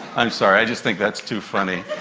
i'm sorry, i just think that's too funny.